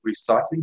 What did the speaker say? recycling